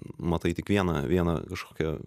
matai tik vieną vieną kažkokią